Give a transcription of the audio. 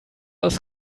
aus